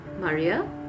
Maria